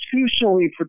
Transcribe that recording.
constitutionally